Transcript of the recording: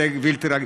הישג בלתי רגיל.